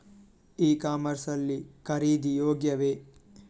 E commerce ಲ್ಲಿ ಖರೀದಿ ಯೋಗ್ಯವೇ?